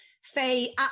Faye